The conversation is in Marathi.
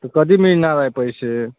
तर कधी मिळणार आहे पैसे